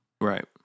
Right